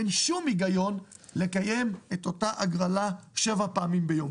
אין שום הגיון לקיים את אותה הגרלה שבע פעמים ביום.